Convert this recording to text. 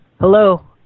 Hello